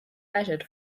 measured